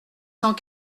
cent